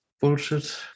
bullshit